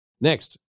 Next